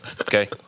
Okay